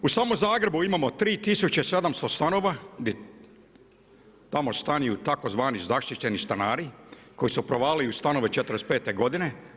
U samo Zagrebu imamo 3700 stanova, tamo stanuju tzv. zaštićeni stanari koji su provalili u stanove '45. godine.